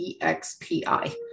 EXPI